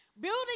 Building